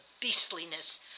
beastliness